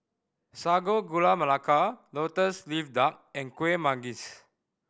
Sago Gula Melaka Lotus Leaf Duck and Kueh Manggis